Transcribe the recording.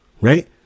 right